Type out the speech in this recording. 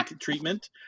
treatment